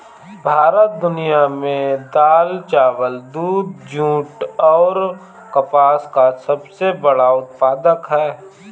भारत दुनिया में दाल चावल दूध जूट आउर कपास का सबसे बड़ा उत्पादक ह